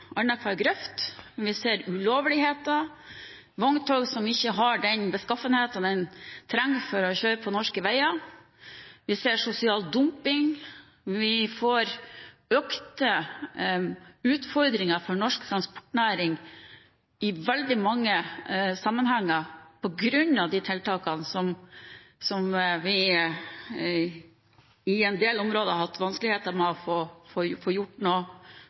for å kjøre på norske veier. Vi ser sosial dumping, vi får økte utfordringer for norsk transportnæring i veldig mange sammenhenger på grunn av de tiltakene som vi i en del områder har hatt vanskeligheter med å få